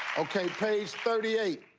ok, page thirty eight.